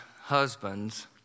husbands